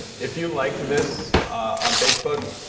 if you liked this on facebook,